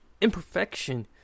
imperfection